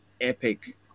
epic